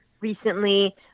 recently